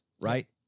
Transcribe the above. right